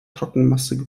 trockenmasse